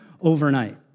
overnight